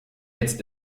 jetzt